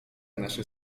nasze